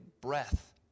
breath